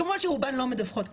כמובן שרובן לא מדווחות כלל,